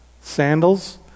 sandals